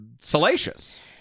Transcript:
salacious